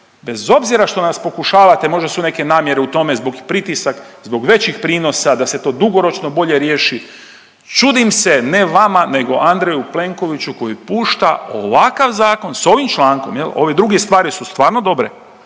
bez obzira što nas pokušavate možda su neke namjere u tome zbog i pritisak zbog većih prinosa, da se to dugoročno bolje riješi čudim se, ne vama, nego Andreju Plenkoviću koji pušta ovakav zakon s ovim člankom. Ove druge stvari su stvarno dobre,